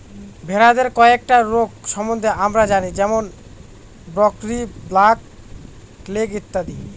ভেড়াদের কয়েকটা রোগ সম্বন্ধে আমরা জানি যেমন ব্র্যাক্সি, ব্ল্যাক লেগ ইত্যাদি